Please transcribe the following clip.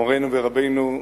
מורנו ורבנו,